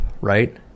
right